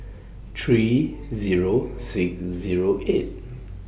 three Zero six Zero eight